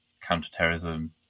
counterterrorism